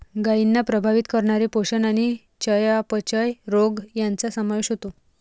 गायींना प्रभावित करणारे पोषण आणि चयापचय रोग यांचा समावेश होतो